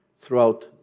throughout